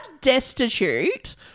destitute